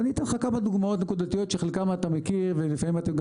ואני אתן לך כמה דוגמאות נקודתיות שחלקן אתה מכיר ולפעמים אתם גם